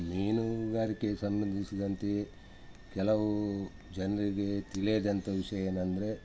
ಮೀನುಗಾರಿಕೆಗೆ ಸಂಬಂಧಿಸಿದಂತೆಯೇ ಕೆಲವು ಜನರಿಗೆ ತಿಳಿಯದಂಥ ವಿಷಯ ಏನಂದರೆ